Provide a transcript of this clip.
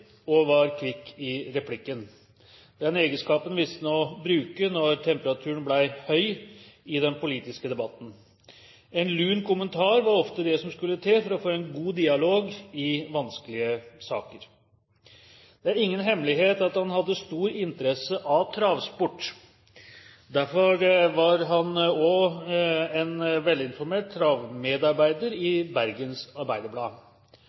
og var kvikk i replikken. Denne egenskapen visste han å bruke når temperaturen ble høy i den politiske debatten. En lun kommentar var ofte det som skulle til for å få en god dialog i vanskelige saker. Det er ingen hemmelighet at han hadde stor interesse for travsport. Derfor var han også velinformert travmedarbeider